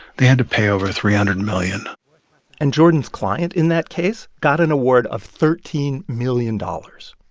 they had to pay over three hundred million and jordan's client in that case got an award of thirteen million dollars.